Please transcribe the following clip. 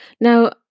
Now